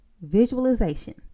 visualization